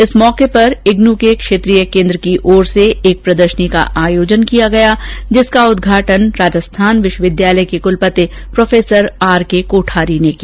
इस अवसर पर इग्नू क्षेत्रीय केन्द्र ने एक प्रदर्शनी का आयोजन किया जिसका उदघाटन राजस्थान विश्वविद्यालय के कलपंति प्रोफेसर आर के कोठारी ने किया